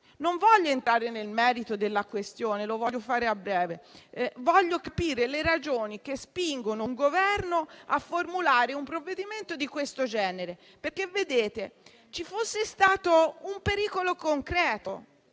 Non voglio entrare nel merito della questione, cosa che farò a breve. Voglio capire le ragioni che spingono un Governo a formulare un provvedimento di questo genere. Vedete, se ci fosse stato un pericolo concreto